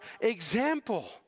example